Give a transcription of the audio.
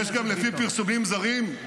יש גם, לפי פרסומים זרים,